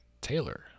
Taylor